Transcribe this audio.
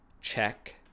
Check